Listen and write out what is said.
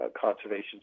conservation